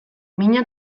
mina